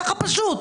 ככה פשוט.